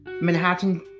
Manhattan